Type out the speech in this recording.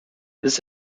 this